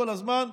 כל הזמן,